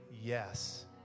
yes